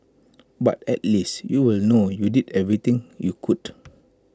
but at least you'll know you did everything you could